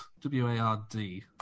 W-A-R-D